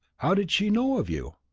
how did she know of you?